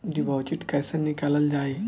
Deposit कैसे निकालल जाइ?